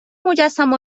مجسمه